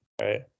right